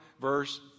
verse